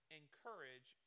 encourage